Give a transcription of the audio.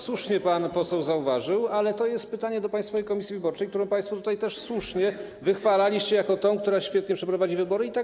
Słusznie pan poseł zauważył, ale to jest pytanie do Państwowej Komisji Wyborczej, którą państwo tutaj też słusznie wychwalaliście jako tę, która świetnie przeprowadzi wybory, i tak będzie.